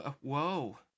Whoa